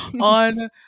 On